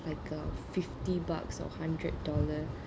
like a fifty bucks or hundred dollar